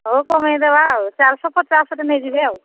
ହଉ କମେଇ ଦେବା ଆଉ ଚାରି ଶହ ପଚାଶରେ ନେଇ ଯିବେ ଆଉ